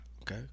Okay